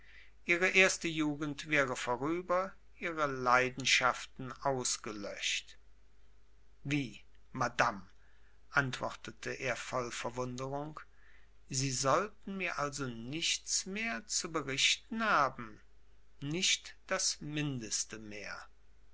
ihre erste jugend wäre vorüber ihre leidenschaften ausgelöscht wie madame antwortete er voll verwunderung sie sollten mir also nichts mehr zu beichten haben nicht das mindeste mehr